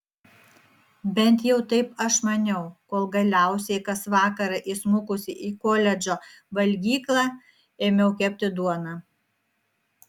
bent jau taip aš maniau kol galiausiai kas vakarą įsmukusi į koledžo valgyklą ėmiau kepti duoną